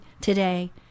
today